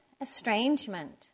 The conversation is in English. estrangement